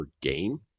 game